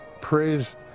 praise